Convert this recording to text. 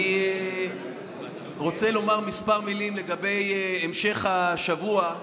אני רוצה לומר כמה מילים לגבי המשך השבוע,